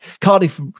Cardiff